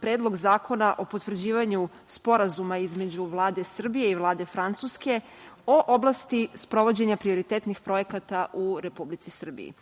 Predlog zakona o potvrđivanju Sporazuma između Vlade Srbije i Vlade Francuske o oblasti sprovođenja prioritetnih projekata u Republici